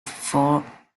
four